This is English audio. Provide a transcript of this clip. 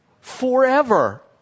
forever